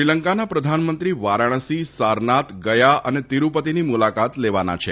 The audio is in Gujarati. શ્રીલંકાના પ્રધાનમંત્રી વારાણસી સારનાથ ગયા અને તિરુપતિની મુલાકાત લેવાના છે